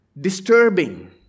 Disturbing